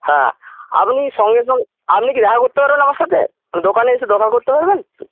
হ্যাঁ আপনি সঙ্গে সঙ্গে আপনি কি দেখা করতে পারবেন আমার সাথে দোকানে এসে দেখা করতে পারবেন